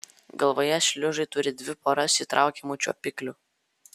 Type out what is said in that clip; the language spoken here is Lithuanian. galvoje šliužai turi dvi poras įtraukiamų čiuopiklių